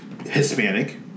Hispanic